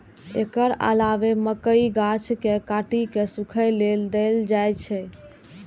एकर अलावे मकइक गाछ कें काटि कें सूखय लेल दए देल जाइ छै